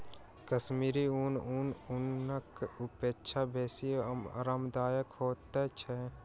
कश्मीरी ऊन आन ऊनक अपेक्षा बेसी आरामदायक होइत छै